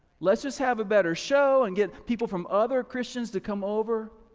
let's just have a better show and get people from other christians to come over.